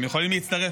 הם יכולים להצטרף